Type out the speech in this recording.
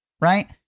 Right